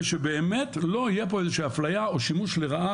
ושבאמת לא תהיה שם איזושהי אפליה או שימוש לרעה